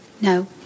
No